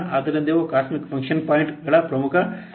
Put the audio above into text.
ಆದ್ದರಿಂದ ಇವು cosmic function ಪಾಯಿಂಟ್ಗಳ ಪ್ರಮುಖ ನ್ಯೂನತೆಗಳಾಗಿವೆ